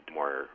more